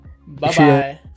Bye-bye